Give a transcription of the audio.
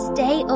Stay